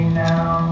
now